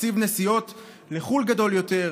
בתקציב נסיעות לחו"ל גדול יותר,